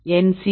NC